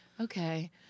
okay